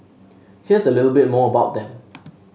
here's a little bit more about them